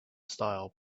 style